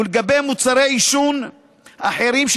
ולגבי מוצרי עישון אחרים,